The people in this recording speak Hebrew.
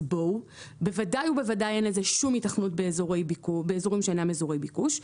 אז בוודאי ובוודאי אין לזה שום היתכנות באזורים שאינם אזורי ביקוש.